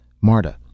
Marta